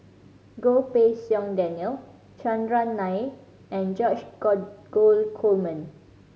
Goh Pei Siong Daniel Chandran Nair and George Dromgold Coleman